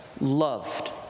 Loved